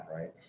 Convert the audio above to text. right